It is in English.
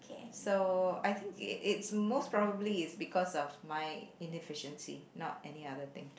so I think it's most probably it's because of my inefficiency not any other thing